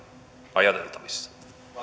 ajateltavissa